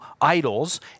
idols